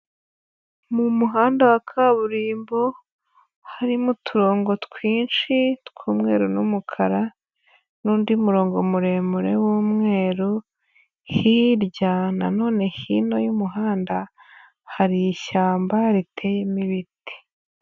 Mu muhanda wa kaburimbo harimo uturongo twinshi tw'umweru n'umukara n'undi murongo muremure w'umweru, hirya nanone hino y'umuhanda hari ishyamba riteyemo ibiti.